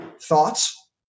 thoughts